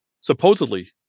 Supposedly